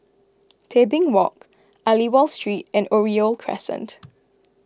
Tebing Walk Aliwal Street and Oriole Crescent